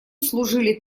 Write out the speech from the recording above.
служили